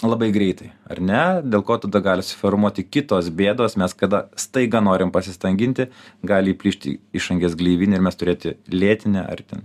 labai greitai ar ne dėl ko tada gali susiformuoti kitos bėdos mes kada staiga norime pasistanginti gali įplyšti išangės gleivinė ir mes turėti lėtinę ar ten